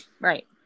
Right